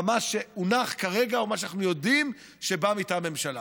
במה שהונח כרגע או מה שאנחנו יודעים שבא מטעם הממשלה.